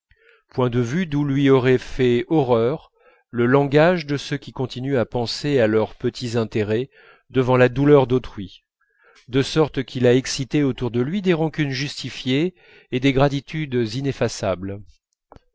point de vue d'où lui aurait fait horreur le langage de ceux qui continuent à penser à leurs petits intérêts devant la douleur d'autrui de sorte qu'il a excité autour de lui des rancunes justifiées et des gratitudes ineffaçables